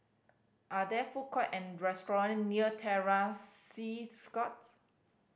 are there food court and restaurant near Terror Sea Scouts